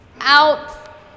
out